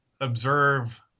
observe